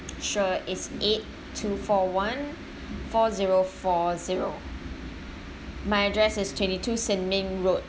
sure it's eight two four one four zero four zero my address is twenty two sin ming road